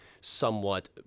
somewhat